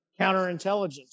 counterintelligence